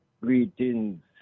Greetings